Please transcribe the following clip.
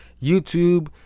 YouTube